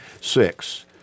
six